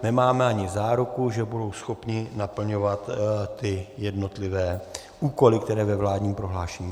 Nemáme ani záruku, že budou schopni naplňovat jednotlivé úkoly, které ve vládním prohlášení jsou.